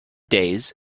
days